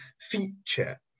feature